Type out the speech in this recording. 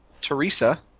Teresa